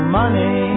money